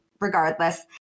regardless